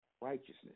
righteousness